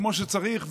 כמו שצריך,